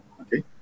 Okay